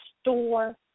Store